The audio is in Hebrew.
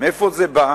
מאיפה זה בא?